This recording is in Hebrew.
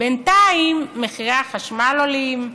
בינתיים מחירי החשמל עולים,